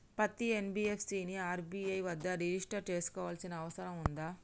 పత్తి ఎన్.బి.ఎఫ్.సి ని ఆర్.బి.ఐ వద్ద రిజిష్టర్ చేసుకోవాల్సిన అవసరం ఉందా?